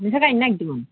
नोंस्रा गायनो नागिरदों